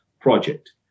project